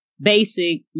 basic